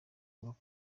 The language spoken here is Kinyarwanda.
avuga